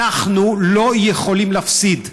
אנחנו לא יכולים להפסיד.